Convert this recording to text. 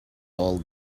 all